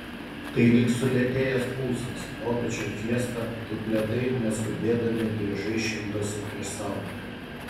tai lyg sulėtėjęs pulsas popiečio fiesta taip lėtai ir neskubėdami driežai šildosi prieš saulę